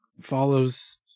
follows